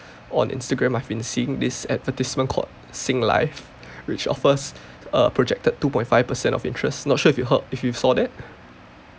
on instagram I've been seeing this advertisement called sing life which offers a projected two point five percent of interest not sure if you've heard if you saw that